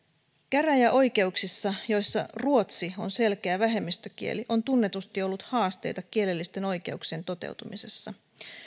käräjäoikeuksissa joissa ruotsi on selkeä vähemmistökieli on tunnetusti ollut haasteita kielellisten oikeuksien toteutumisessa